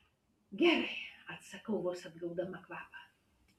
gerai atsakau vos atgaudama kvapą